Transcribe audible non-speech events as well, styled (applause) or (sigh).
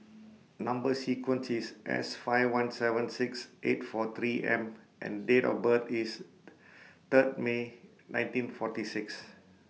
Number sequence IS S five one seven six eight four three M and Date of birth IS (noise) Third May nineteen forty six